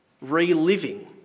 reliving